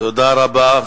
תודה רבה.